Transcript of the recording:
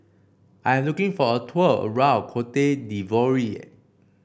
I'm looking for a tour around Cote d'Ivoire